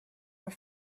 were